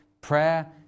prayer